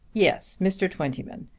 yes mr. twentyman.